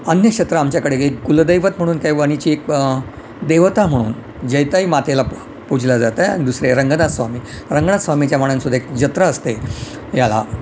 अन्य क्षेत्र आमच्याकडे एक कुलदैवत म्हणून काय वणीची एक देवता म्हणून जैताई मातेला पूजले जात आहे दुसरे रंगनाथ स्वामी रंगनाथ स्वामीच्या मानानं सुद्धा एक जत्रा असते याला